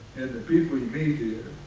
and the people you meet here